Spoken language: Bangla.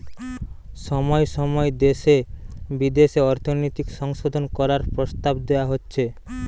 সময় সময় দেশে বিদেশে অর্থনৈতিক সংশোধন করার প্রস্তাব দেওয়া হচ্ছে